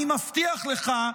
אני מבטיח לך,